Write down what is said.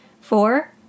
Four